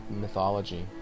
mythology